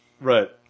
Right